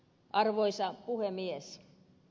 arvoisa puhemies